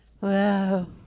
Wow